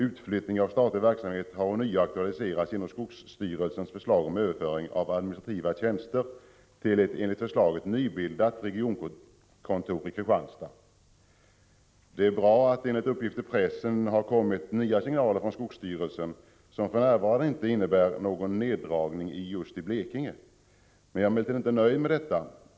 Utflyttning av statlig verksamhet har ånyo aktualiserats genom skogsstyrelsens förslag om överföring av administrativa tjänster till ett enligt förslaget nybildat regionkontor i Kristianstad. Det är bra att det enligt uppgift i pressen har kommit nya signaler från skogsstyrelsen som för närvarande inte innebär någon neddragning just i Blekinge. Jag är emellertid inte nöjd med det.